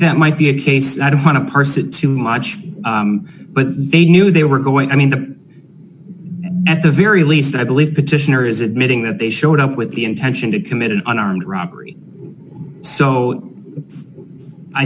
that might be a case i don't want to parse it too much but they knew they were going i mean at the very least i believe petitioner is admitting that they showed up with the intention to commit an armed robbery so i